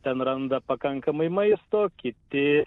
ten randa pakankamai maisto kiti